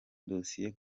dosiye